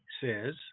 says